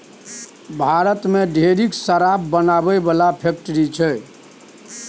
भारत मे ढेरिक शराब बनाबै बला फैक्ट्री छै